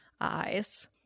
eyes